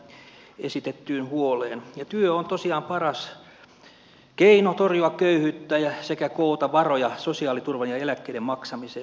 yhdyn täysin välikysymyksessä esitettyyn huoleen ja työ on tosiaan paras keino torjua köyhyyttä sekä koota varoja sosiaaliturvan ja eläkkeiden maksamiseen